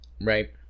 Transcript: Right